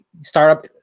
startup